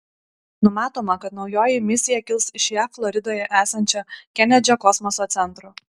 numatoma kad naujoji misija kils iš jav floridoje esančio kenedžio kosmoso centro